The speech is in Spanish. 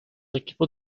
equipos